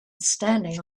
standing